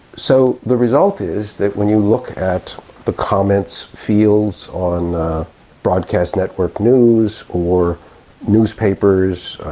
so the result is that when you look at the comments fields on broadcast network news or newspapers,